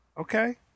Okay